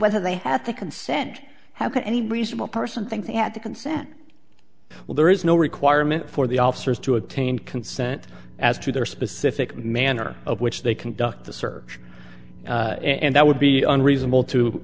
whether they had the consent how could any reasonable person think they had to consent well there is no requirement for the officers to obtain consent as to their specific manner of which they conduct the search and that would be unreasonable to